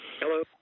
Hello